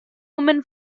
woman